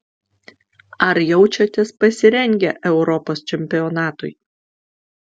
ar jaučiatės pasirengę europos čempionatui